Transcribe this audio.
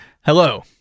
hello